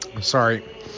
Sorry